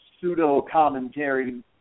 pseudo-commentary